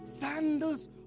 sandals